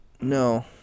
No